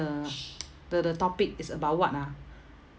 the the topic is about what ah